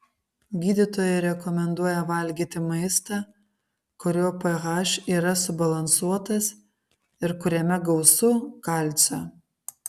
gydytojai rekomenduoja valgyti maistą kurio ph yra subalansuotas ir kuriame gausu kalcio